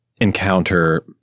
encounter